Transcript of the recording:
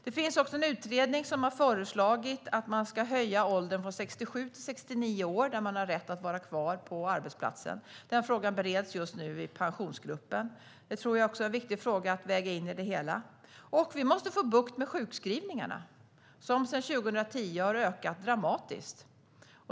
Det finns också en utredning som har föreslagit att åldern då man har rätt att vara kvar på arbetsplatsen ska höjas från 67 till 69 år. Den frågan bereds just nu i Pensionsgruppen. Jag tror att det är en viktig fråga att väga in i det hela. Den andra saken är att vi måste få bukt med sjukskrivningarna, som sedan 2010 har ökat dramatiskt.